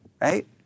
right